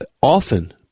often